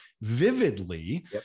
vividly